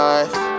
Life